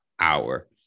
hour